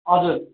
हजुर